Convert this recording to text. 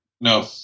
No